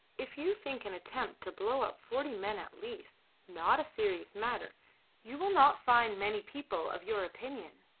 if you think an attempt to blow up forty men at least, not a serious matter you will not find many people of your opinion,